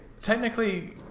Technically